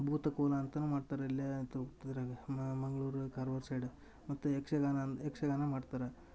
ಭೂತ ಕೋಲಾ ಅಂತನು ಮಾಡ್ತಾರೆ ಇಲ್ಲೇ ಆತು ಇದರಾಗೆ ಮಂಗ್ಳೂರು ಕಾರ್ವಾರ ಸೈಡ್ ಮತ್ತು ಯಕ್ಷಗಾನ ಅಂತ ಯಕ್ಷಗಾನ ಮಾಡ್ತಾರೆ